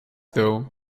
though